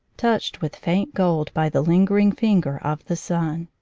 touched with faint gold by the lingering finger of the sun.